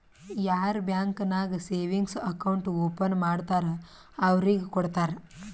ಯಾರ್ ಬ್ಯಾಂಕ್ ನಾಗ್ savings account open ಮಾಡ್ತಾರ್ ಅವ್ರಿಗ ಕೊಡ್ತಾರ್